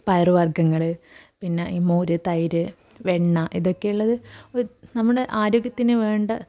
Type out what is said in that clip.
പയറുവർഗ്ഗങ്ങൾ പിന്നെ ഈ മോര് തൈര് വെണ്ണ ഇതൊക്കെ ഉള്ളത് നമ്മുടെ ആരോഗ്യത്തിനു വേണ്ട